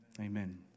Amen